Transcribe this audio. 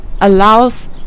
allows